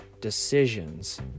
decisions